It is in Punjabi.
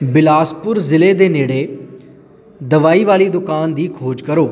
ਬਿਲਾਸਪੁਰ ਜ਼ਿਲ੍ਹੇ ਦੇ ਨੇੜੇ ਦਵਾਈ ਵਾਲੀ ਦੁਕਾਨ ਦੀ ਖੋਜ ਕਰੋ